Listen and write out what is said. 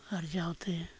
ᱟᱨᱡᱟᱣᱛᱮ